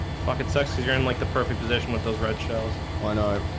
fuck it sexes you're in like the perfect position with those red shells on our